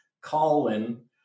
Colin